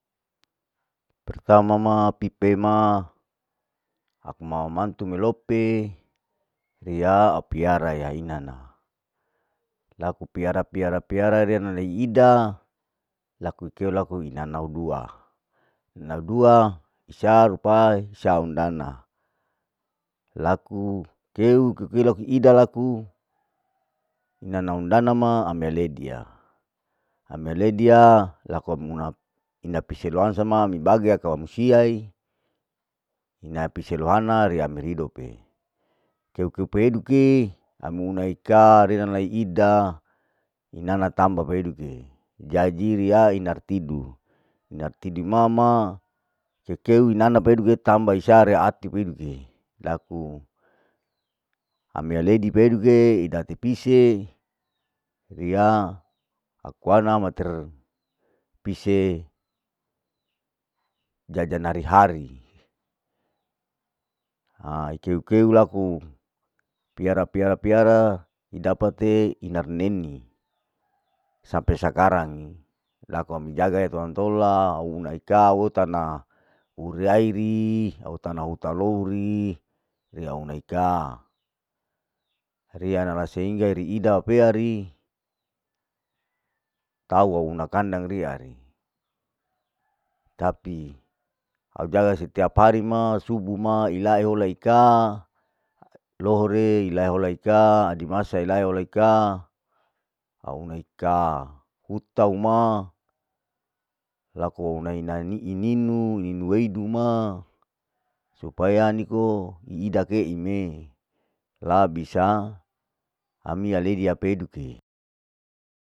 Pertama ma pipe ma aku mama mantu melope riya au piaraya yainana, laku piara piara piara riya lenei ida, laku ikeu laku iananau idua, asnau dua sa ruapi sa undana, laku keu ida laku ina naundana ma ami aledia, ami aledia laku ami muna, ina pisie loansa ma mi bage lakaumusiai ina pisie lohana riya me ridepe, keu keu peduke, ami eu una ika rina lai ida, ina la tama peduke, jadi ria inar tidu, inar tidu mama keu keu inana beudu ke tamba isare ati peduke, laku ami aleidi peduke inati pisie, riya aku ana matir pisie jajan hari hari, aikeu keu laku piara piara piara, dapate inar neni sampe sakarangi, aku ami jagae tolan tola, au aikau utana, uriari, au tana utalouri, riauna ikaa, rita nala sehingga riida peari, tauo una kandang riari, tapi au jaga setiap hari ma subuh ma ilahei ulai ikaa, lohore ilaholai ika, adi masa ulahe ulai ikaa, au unei ika utau ma, laku naina niininu weidu ma, supaya niko iida kei mei la bisa amiya peduke.